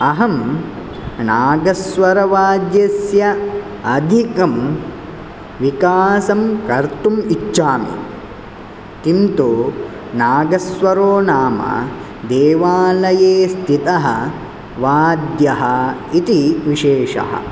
अहं नागस्वरवाद्यस्य अधिकं विकासं कर्तुम् इच्छामि किन्तु नागस्वरो नाम देवालये स्थितः वाद्यः इति विशेषः